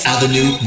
Avenue